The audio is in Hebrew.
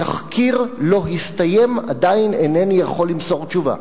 התחקיר לא הסתיים, עדיין אינני יכול למסור תשובה.